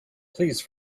please